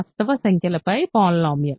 వాస్తవ సంఖ్యలపై పాలినోమియల్